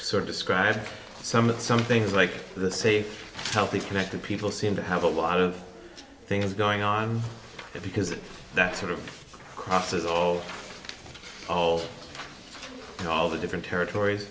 sort of describe some of the some things like the safe healthy connected people seem to have a lot of things going on because that sort of crosses all of all the different territories